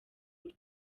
rwe